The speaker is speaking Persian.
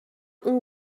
اون